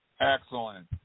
Excellent